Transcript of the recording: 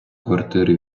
квартири